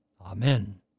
Amen